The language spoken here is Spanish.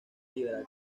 liberal